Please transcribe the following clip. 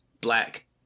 black